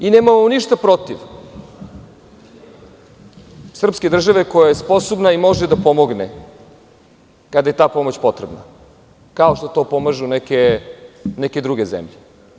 Nemamo ništa protiv srpske države koja je sposobna i može da pomogne kada je ta pomoć potrebna, kao što to pomažu neke druge zemlje.